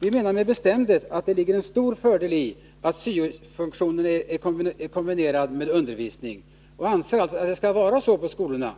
Vi hävdar med bestämdhet att det ligger en stor fördel i att syo-funktionen är kombinerad med undervisning och anser alltså att det skall vara så på skolorna.